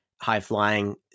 high-flying